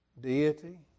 deity